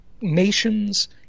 nations